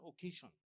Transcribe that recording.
occasion